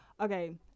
okay